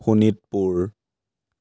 Sonitpur